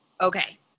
Okay